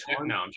no